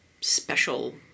special